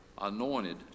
anointed